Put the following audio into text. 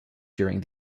during